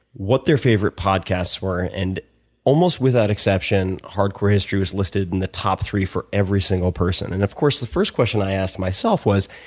what their favorite podcasts were. and almost without exception, hardcore history was listed in the top three for every single person. and of course, the first question i asked myself was,